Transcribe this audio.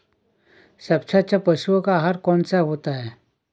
सबसे अच्छा पशुओं का आहार कौन सा होता है?